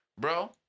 bro